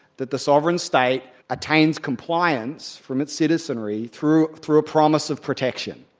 that the sovereign state attains compliance from its citizenry through through a promise of protection.